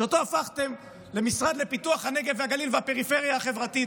שאותו הפכתם למשרד לפיתוח הנגב והגליל והפריפריה החברתית,